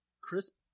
Crisp